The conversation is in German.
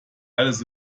alles